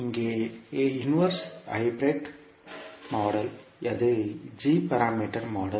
இங்கே inverse hybrid model அது g parameter model